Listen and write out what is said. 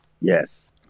Yes